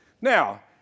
Now